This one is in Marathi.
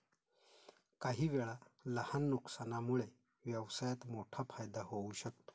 काहीवेळा लहान नुकसानामुळे व्यवसायात मोठा फायदा होऊ शकतो